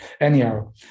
Anyhow